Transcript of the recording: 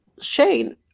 Shane